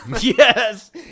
Yes